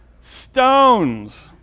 Stones